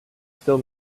still